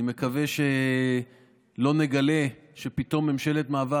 אני מקווה שלא נגלה שפתאום ממשלת מעבר